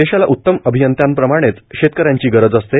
देशाला उत्तम अभियंत्याप्रमाणेच शेतकऱ्यांची गरज असते